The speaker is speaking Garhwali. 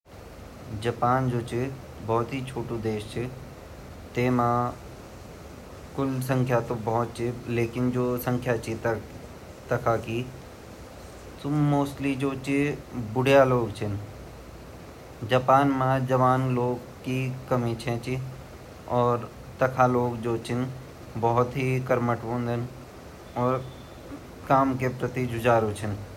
जापना लोग जु वोन्दा ऊ दिमाग से भोत तेज़ ववोन्दा अर उ अपा संस्कृति ते इति मानन की अर प्रकृति पेड़ पौधा जु हज़ारो साल जीना उ उन्से शिक्षा लयन कि हमुन भी ईनि बन उनारी उम्र भोत ज़्यादा लम्बी वोन्दि अर वखि सूर्य भगवान सबसे पहली दर्शन जापान मा वोन, ऊ सूर्य भगवान् ते बहुत ही मानन।